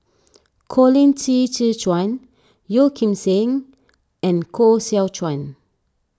Colin Qi Zhe Quan Yeo Kim Seng and Koh Seow Chuan